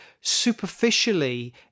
superficially